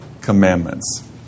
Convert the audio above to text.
commandments